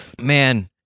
Man